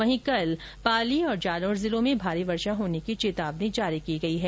वहीं कल पाली और जालोर जिलों में भारी वर्षा होने की चेतावनी जारी की गई है